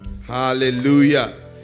Hallelujah